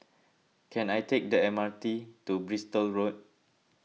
can I take the M R T to Bristol Road